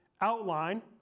outline